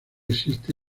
existe